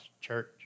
church